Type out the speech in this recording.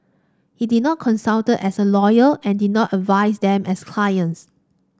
he did not consulted as a lawyer and did not advise them as clients